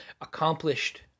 accomplished